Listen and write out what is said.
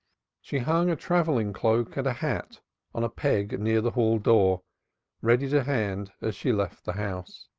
she hung a travelling cloak and a hat on a peg near the hall-door ready to hand as she left the house.